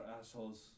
assholes